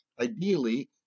Ideally